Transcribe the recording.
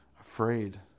afraid